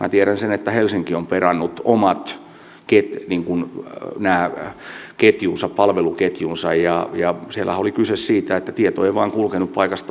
minä tiedän sen että helsinki on perannut omat palveluketjunsa ja siellähän oli kyse siitä että tieto ei vain kulkenut paikasta a paikkaan b